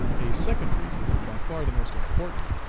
a second reason, and by far the most important,